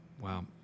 Wow